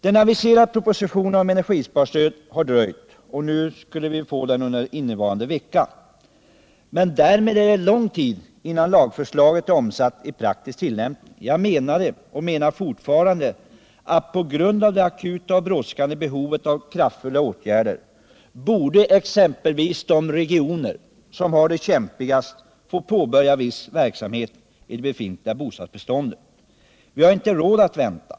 Den aviserade propositionen om energisparstöd har dröjt. Vi skall få den under innevarande vecka, men det torde dröja lång tid innan lagförslaget är omsatt i praktisk tillämpning. Jag menade och menar fortfarande att på grund av det akuta och brådskande behovet av kraftfulla åtgärder borde exempelvis de regioner som har det kämpigast få påbörja viss verksamhet i det befintliga bostadsbeståndet. Vi har inte råd att vänta.